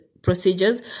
procedures